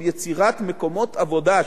של יצירת מקומות עבודה,